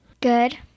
Good